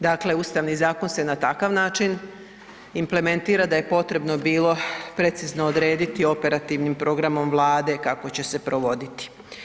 Dakle, Ustavni zakon se na takav način implementira da je potrebno bilo precizno odrediti operativnim programom Vlade kako će se provoditi.